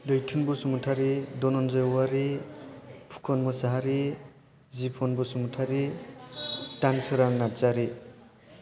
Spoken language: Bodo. दैथुन बसुमथारि धनन्जय औवारि फुखन मसाहारि जिफन बसुमथारि दानसोरां नारजारि